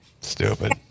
Stupid